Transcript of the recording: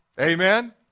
amen